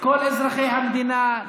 כל אזרחי המדינה,